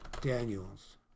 Daniel's